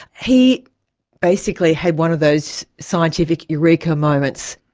he basically had one of those scientific eureka moments.